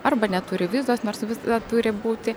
arba neturi vizos nors viza turi būti